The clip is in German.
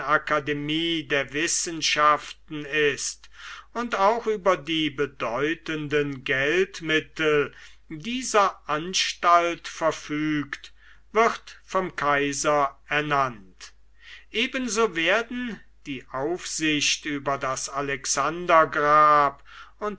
akademie der wissenschaften ist und auch über die bedeutenden geldmittel dieser anstalt verfügt wird vom kaiser ernannt ebenso werden die aufsicht über das